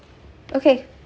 okay